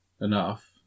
enough